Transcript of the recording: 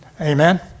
Amen